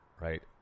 right